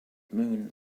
moon